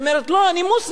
היא אומרת: לא, אני מוסלמית.